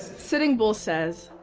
sitting bull says,